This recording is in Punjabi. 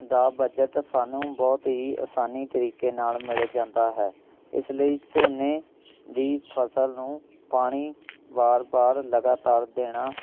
ਦਾ ਬਜਟ ਸਾਨੂੰ ਬਹੁਤ ਹੀ ਆਸਾਨੀ ਤਰੀਕੇ ਨਾਲ਼ ਮਿਲ ਜਾਂਦਾ ਹੈ ਇਸ ਲਈ ਝੋਨੇ ਦੀ ਫਸਲ ਨੂੰ ਪਾਣੀ ਵਾਰ ਵਾਰ ਲਗਾਤਾਰ ਦੇਣਾ